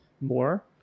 more